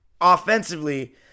offensively